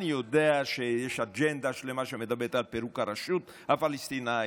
אני יודע שיש אג'נדה שלמה שמדברת על פירוק הרשות הפלסטינית,